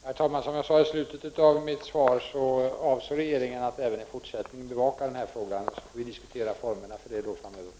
Herr talman! Som jag sade i slutet av mitt svar avser regeringen att även i fortsättningen bevaka frågan, och då får vi diskutera formerna framöver.